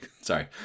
sorry